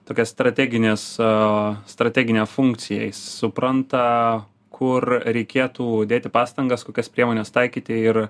tokią strateginės strateginę funkciją jis supranta kur reikėtų dėti pastangas kokias priemones taikyti ir